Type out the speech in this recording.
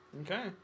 Okay